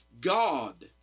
God